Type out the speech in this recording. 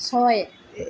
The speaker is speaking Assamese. ছয়